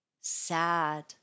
sad